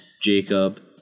Jacob